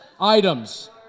items